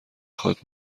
خواد